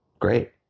great